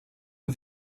det